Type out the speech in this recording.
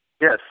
Yes